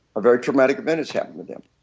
a very traumatic event has happened to them.